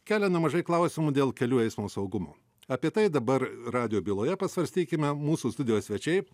kelia nemažai klausimų dėl kelių eismo saugumo apie tai dabar radijo byloje pasvarstykime mūsų studijos svečiai